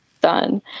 done